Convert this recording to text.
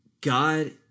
God